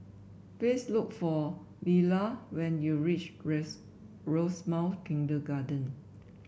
please look for Lella when you reach grace Rosemount Kindergarten